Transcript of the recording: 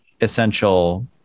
essential